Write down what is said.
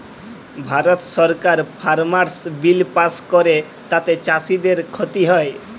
ভারত সরকার farmers bill pass ক্যরে তাতে চাষীদের খ্তি হ্যয়